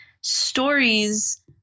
stories